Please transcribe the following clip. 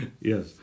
Yes